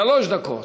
שלוש דקות.